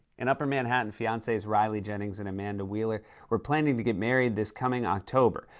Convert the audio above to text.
in upper manhattan, fiancees reilly jennings and amanda wheeler were planning to get married this coming october.